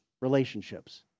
relationships